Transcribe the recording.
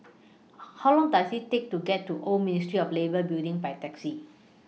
How Long Does IT Take to get to Old Ministry of Labour Building By Taxi